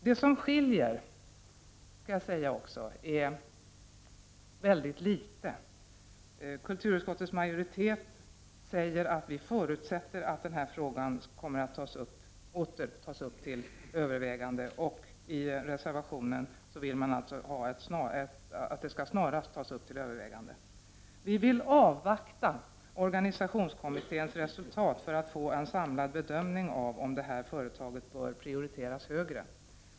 Det som skiljer majoriteten och reservanterna är väldigt litet. Kulturutskottets majoritet säger att man förutsätter att frågan åter kommer att tas upp till övervägande. I reservationen vill man att frågan snarast skall tas upp till övervägande. Vi vill avvakta organisationskommitténs resultat för att få en samlad bedömning av om detta företag bör prioriteras högre.